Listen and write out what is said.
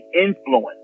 influence